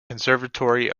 conservatory